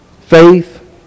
Faith